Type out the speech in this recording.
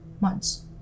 months